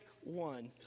one